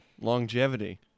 Longevity